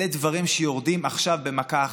אלה דברים שיורדים עכשיו, במכה אחת.